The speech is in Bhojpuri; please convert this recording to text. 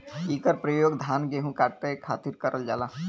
इकर परयोग धान गेहू काटे खातिर करल जाला